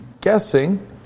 guessing